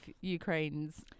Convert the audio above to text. Ukraine's